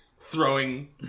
throwing